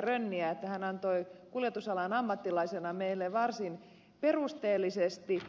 rönniä että hän kuljetusalan ammattilaisena varsin perusteellisesti